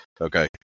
Okay